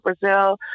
Brazil